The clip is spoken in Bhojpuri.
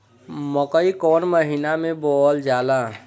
मकई कौन महीना मे बोअल जाला?